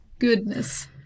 Goodness